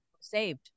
saved